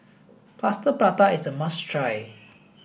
plaster prata is a must try